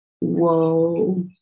Whoa